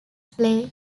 play